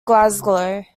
glasgow